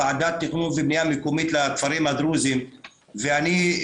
הוועדה המיועדת והמיוחדת ליישובים הדרוזיים והצ'רקסיים,